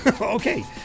okay